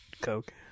Coke